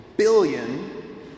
billion